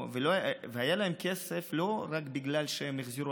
היה להם כסף לא רק בגלל שהם החזירו